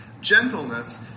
gentleness